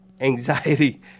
anxiety